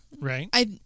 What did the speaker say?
Right